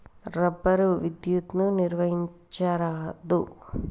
rubber విద్యుత్తును నిర్వహించదు